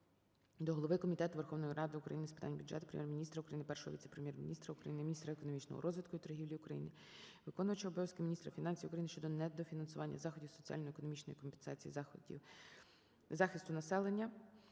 до голови Комітету Верховної Ради України з питань бюджету, Прем'єр-міністра України, Першого віце-прем'єр-міністра України - міністра економічного розвитку і торгівлі України, виконувача обов'язків міністра фінансів України щодо недофінансування заходів соціально-економічної компенсації захисту населення,